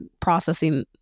processing